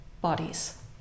bodies